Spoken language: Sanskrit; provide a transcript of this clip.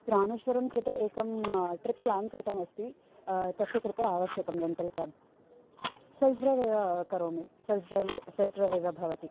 रामेश्वरं कृते एकं ट्रिप् प्लान् कृतमस्ति तस्य कृते आवश्यकं रेण्टल् केब् सेल्फ़् ड्रैव् एव करोमि सेल्फ़् ड्रैव् एव सेल्फ़् ड्रैव् एव भवति